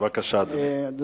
בבקשה, אדוני.